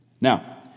Now